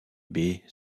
baies